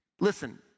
Listen